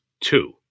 two